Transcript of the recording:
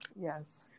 Yes